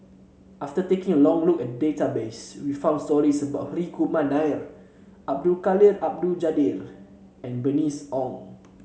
after taking a long look at database we found stories about Hri Kumar Nair Abdul Jalil Abdul Kadir and Bernice Ong